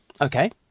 okay